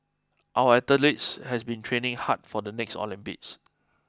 our athletes have been training hard for the next Olympics